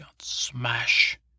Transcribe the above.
smash